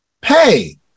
pay